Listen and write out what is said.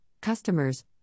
customers